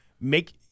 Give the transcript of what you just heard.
make